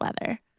weather